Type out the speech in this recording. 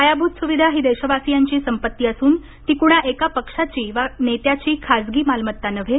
पायाभूत सुविधा ही देशवासीयांची संपत्ती असून ती कुणा एका पक्षाची वा नेत्याची खाजगी मालमत्ता नव्हे